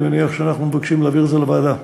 אני מניח שאנחנו מבקשים להעביר את זה לוועדה.